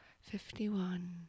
fifty-one